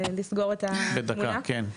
לסגור את התמונה?